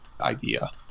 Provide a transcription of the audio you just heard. idea